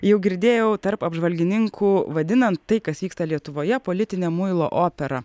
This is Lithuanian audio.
jau girdėjau tarp apžvalgininkų vadinan tai kas vyksta lietuvoje politine muilo opera